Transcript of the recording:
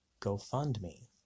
GoFundMe